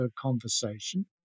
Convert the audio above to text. conversation